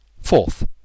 Fourth